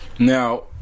Now